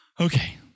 okay